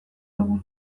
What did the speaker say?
dugu